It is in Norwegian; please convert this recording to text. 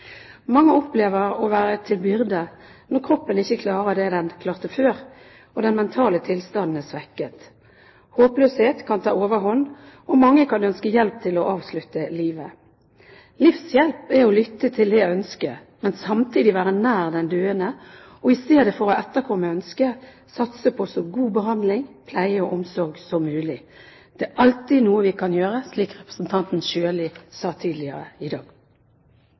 Mange opplever å være til byrde når kroppen ikke klarer det den klarte før, og den mentale tilstanden er svekket. Håpløshet kan ta overhånd, og mange kan ønske hjelp til å avslutte livet. Livshjelp er å lytte til det ønsket, men samtidig være nær den døende og i stedet for å etterkomme ønsket satse på så god behandling, pleie og omsorg som mulig. Det er alltid noe vi kan gjøre, som representanten Sjøli sa tidligere i dag.